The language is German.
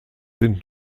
sind